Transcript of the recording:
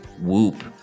Whoop